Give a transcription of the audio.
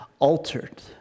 altered